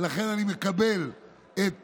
ולכן אני מקבל את